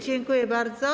Dziękuję bardzo.